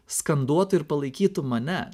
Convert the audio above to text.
skanduotų ir palaikytų mane